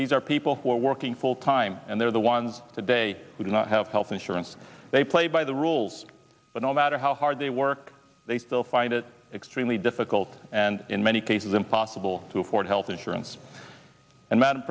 these are people who are working full time and they're the ones today who do not have health insurance they play by the rules but no matter how hard they work they still find it extremely difficult and in many cases impossible to afford health insurance and ma